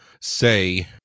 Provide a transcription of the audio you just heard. say